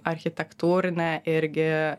architektūrinę irgi